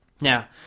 Now